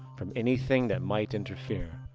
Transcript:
from anything that might interfere.